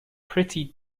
pretty